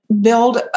build